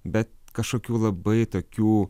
bet kažkokių labai tokių